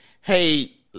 hey